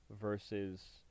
versus